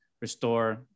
restore